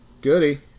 Goody